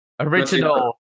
Original